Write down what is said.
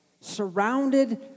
surrounded